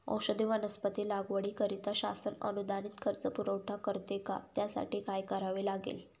औषधी वनस्पती लागवडीकरिता शासन अनुदानित कर्ज पुरवठा करते का? त्यासाठी काय करावे लागेल?